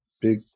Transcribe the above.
big